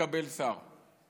נהיה שר.